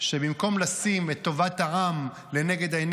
שבמקום לשים את טובת העם לנגד עיניה,